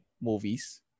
movies